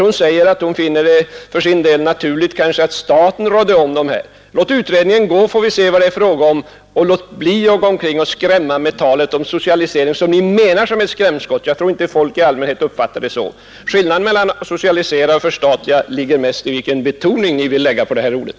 Hon säger att hon för sin del finner det naturligt att staten rådde om dessa tillgångar. Låt utredningen företas, så får vi se vad det är fråga om, och låt bli att gå omkring och skrämma med talet om socialisering som ni menar som ett skrämskott! Jag tror emellertid inte att folk i allmänhet uppfattar det så. Skillnaden mellan att socialisera och att förstatliga ligger mest i vilken betoning ni vill lägga på ordet socialisera.